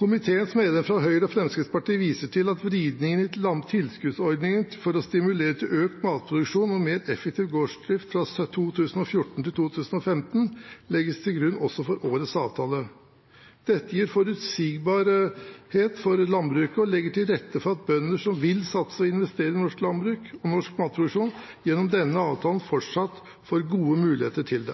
Komiteens medlemmer fra Høyre og Fremskrittspartiet viser til at vridningene i tilskuddsordningene for å stimulere til økt matproduksjon og mer effektiv gårdsdrift fra 2014 og 2015 legges til grunn også for årets avtale. Dette gir forutsigbarhet for landbruket og legger til rette for at bønder som vil satse og investere i norsk landbruk og norsk matproduksjon, gjennom denne avtalen fortsatt får gode muligheter til